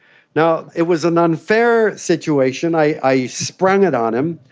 now, it was an unfair situation, i yeah sprung it on him.